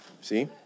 See